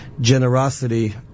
generosity